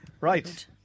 right